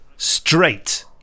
straight